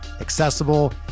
accessible